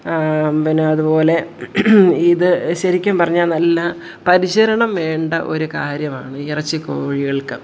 പിന്നെ അതുപോലെ ഇത് ശരിക്കും പറഞ്ഞാൽ നല്ല പരിചരണം വേണ്ട ഒരു കാര്യമാണ് ഇറച്ചി കോഴികൾക്ക്